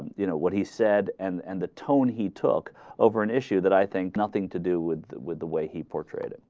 you know what he said and and the tony he took over an issue that i think nothing to do with that with the way he portrayed